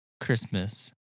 Christmas